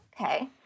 Okay